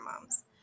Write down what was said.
moms